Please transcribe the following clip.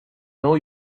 know